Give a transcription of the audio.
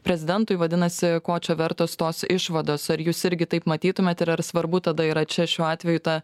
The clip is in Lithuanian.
prezidentui vadinasi ko čia vertos tos išvados ar jūs irgi taip matytumėt ir ar svarbu tada yra čia šiuo atveju ta